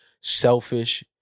selfish